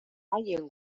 haien